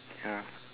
ya